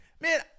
Man